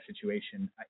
situation